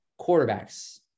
quarterbacks